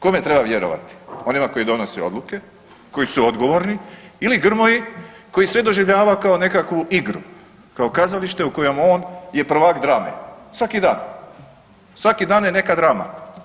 Kome treba vjerovati onima koji donose odluke, koji su odgovorni ili Grmoji koji sve doživljava kao nekakvu igru, kao kazalište u kojem je on prvak drame svaki dan, svaki dan je neka drama.